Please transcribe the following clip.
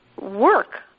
work